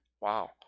Wow